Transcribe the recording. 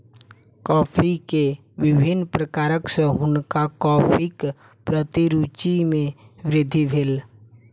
coffee के विभिन्न प्रकार सॅ हुनकर कॉफ़ीक प्रति रूचि मे वृद्धि भेल